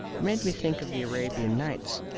it made me think of the arabian nights.